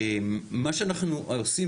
מה שאנחנו עושים,